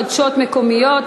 חדשות מקומיות),